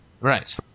Right